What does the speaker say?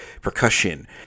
percussion